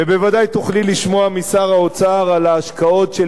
וודאי תוכלי לשמוע משר האוצר על ההשקעות של